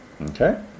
Okay